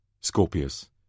Scorpius